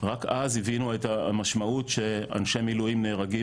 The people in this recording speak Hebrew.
רק אז הבינו את המשמעות שאנשי מילואים נהרגים